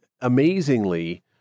amazingly